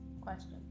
Question